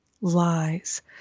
lies